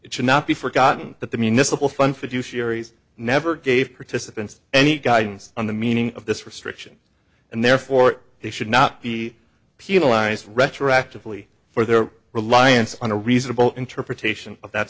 it should not be forgotten that the municipal fun fiduciary never gave participants any guidance on the meaning of this restriction and therefore they should not be penalized retroactively for their reliance on a reasonable interpretation of that